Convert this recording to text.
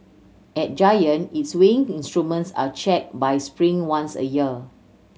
at Giant its weighing instruments are checked by Spring once a year